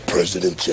President